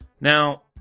Now